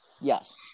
Yes